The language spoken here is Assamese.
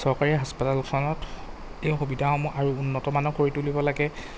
চৰকাৰী হাস্পাতালখনত এই সুবিধাসমূহ আৰু উন্নতমানৰ কৰি তুলিব লাগে